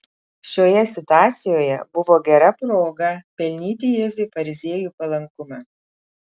šioje situacijoje buvo gera proga pelnyti jėzui fariziejų palankumą